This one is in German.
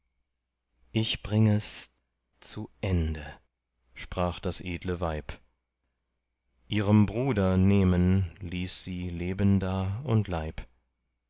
ich bring es zu ende sprach das edle weib ihrem bruder nehmen ließ sie leben da und leib